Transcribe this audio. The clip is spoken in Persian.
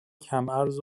کمعرض